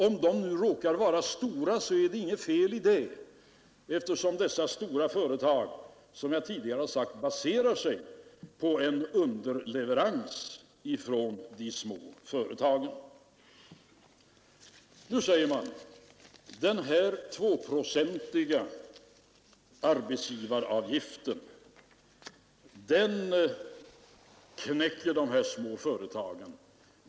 Om de nu råkar vara stora så är det inget fel i det, eftersom dessa stora företag, som jag tidigare har sagt, baserar sig på en underleverans från de små företagen. Nu säger man att den tvåprocentiga arbetsgivaravgiften knäcker de små företagen.